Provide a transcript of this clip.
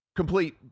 Complete